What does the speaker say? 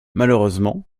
malheureusement